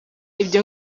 ibi